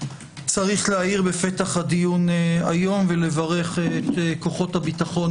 להעיר בפתח הדיון היום ולברך את כוחות הביטחון